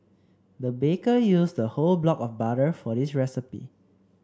the baker used a whole block of butter for this recipe